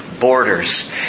borders